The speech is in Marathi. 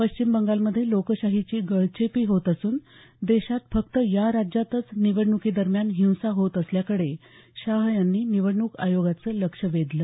पश्चिम बंगालमध्ये लोकशाहीची गळचेपी होत असून देशात फक्त या राज्यातच निवडणुकीदरम्यान हिंसा होत असल्याकडे शाह यांनी निवडणूक आयोगाचं लक्ष वेधलं